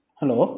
Hello